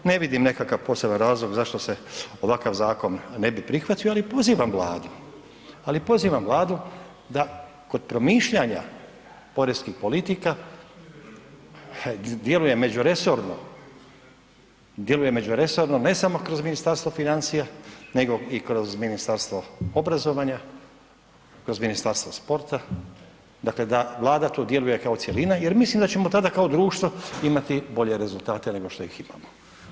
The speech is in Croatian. Ne vidim nekakav poseban razlog zašto se ovakav zakon ne bi prihvatio ali pozivam Vladu, ali pozivam Vladu da kod promišljanja poreznih politika djeluje međuresorno ne samo kroz Ministarstvo financija nego i kroz Ministarstvo obrazovanja, kroz Ministarstvo sporta, dakle da Vlada tu djeluje kao cjelina jer mislim da ćemo tada kao društvo imati bolje rezultate nego što ih imamo.